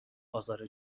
آزار